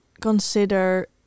consider